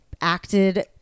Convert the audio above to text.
acted